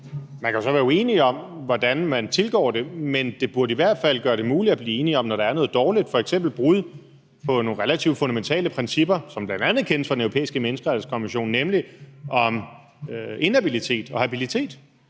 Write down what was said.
Man kan så være uenig om, hvordan man tilgår det, men det burde i hvert fald være muligt at blive enige om, når der er noget dårligt, f.eks. brud på nogle relativt fundamentale principper, som bl.a. kendes fra Den Europæiske Menneskerettighedskonvention, nemlig i forhold til habilitet